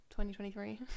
2023